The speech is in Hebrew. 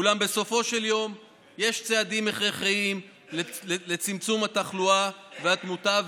אולם בסופו של יום יש צעדים הכרחיים לצמצום התחלואה והתמותה,